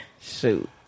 Shoot